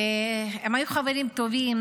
הם היו חברים טובים,